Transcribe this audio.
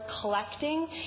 collecting